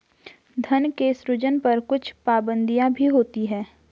धन के सृजन पर कुछ पाबंदियाँ भी होती हैं